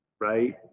right